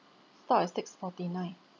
stop at six forty nine